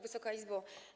Wysoka Izbo!